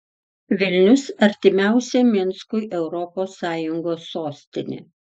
vilnius artimiausia minskui europos sąjungos sostinė